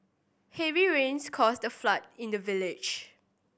heavy rains caused a flood in the village